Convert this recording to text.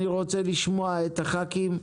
אני רוצה לשמוע את חברי הכנסת,